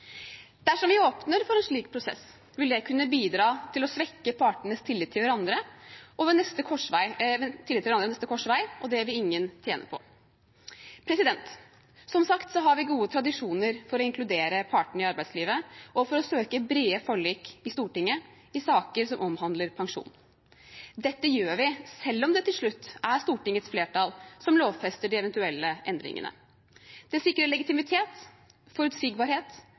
Dersom vi åpner for en slik prosess, vil det kunne bidra til å svekke partenes tillit til hverandre ved neste korsvei, og det vil ingen tjene på. Som sagt har vi gode tradisjoner for å inkludere partene i arbeidslivet og for å søke brede forlik i Stortinget i saker som omhandler pensjon. Dette gjør vi selv om det til slutt er Stortingets flertall som lovfester de eventuelle endringene. Det sikrer legitimitet, forutsigbarhet